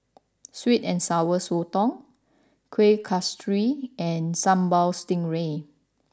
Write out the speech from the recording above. Sweet and Sour Sotong Kuih Kasturi and Sambal Stingray